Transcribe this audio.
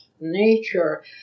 nature